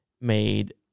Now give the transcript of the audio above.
made